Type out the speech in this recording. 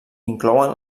inclouen